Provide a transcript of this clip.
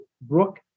Brooke